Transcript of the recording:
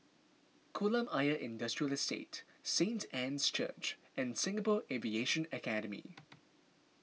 Kolam Ayer Industrial Estate Saint Anne's Church and Singapore Aviation Academy